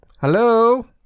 Hello